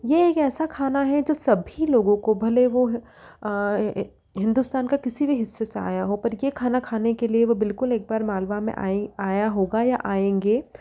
ये एक ऐसा खाना है जो सभी लोगों को भले वो हिंदुस्तान का किसी भी हिस्से से आया हो पर ये खाना खाने के लिए वो बिल्कुल एक बार मालवा में आयें आया होगा या आएँगे